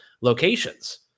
locations